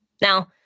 Now